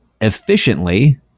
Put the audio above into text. efficiently